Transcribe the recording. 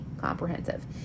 comprehensive